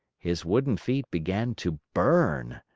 his wooden feet began to burn.